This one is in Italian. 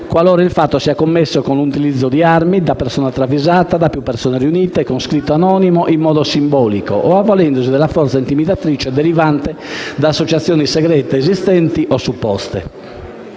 qualora il fatto sia commesso con l'utilizzo di armi, da persona travisata, da più persone riunite, con scritto anonimo, in modo simbolico o avvalendosi della forza intimidatrice derivante da associazioni segrete, esistenti o supposte.